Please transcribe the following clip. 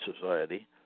Society